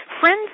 Friends